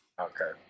Okay